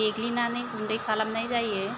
देग्लिनानै गुन्दै खालामनाय जायो